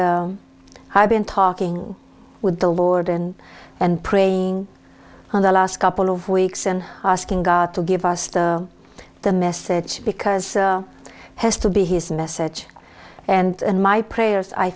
have been talking with the lord and and praying on the last couple of weeks and asking god to give us the message because it has to be his message and in my prayers i